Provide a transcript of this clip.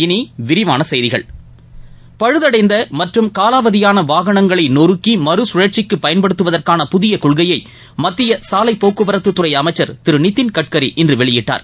இனி விரிவான செய்திகள் பழுதடைந்த மற்றும் காவாவதியான வாகனங்களை நொருக்கி மறுகழற்சிக்கு பயன்படுத்துவதற்கான புதிய கொள்கையை மத்திய சாலை போக்குவரத்துத்துறை அமைச்சா் திரு நிதின் கட்கரி இன்று வெளியிட்டார்